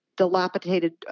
dilapidated